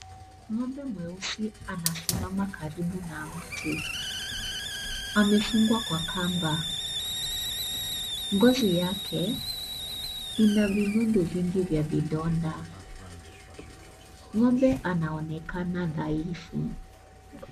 Ng'ombe mweusi anasimama karibu na mti. Amefungwa kwa kamba. Ngozi yake, ina vinundu vingi vya vidonda. Ng'ombe anaonekana dhaifu.